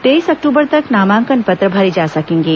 तेईस अक्टूबर तक नामांकन पत्र भरे जा सकेंगे